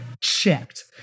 checked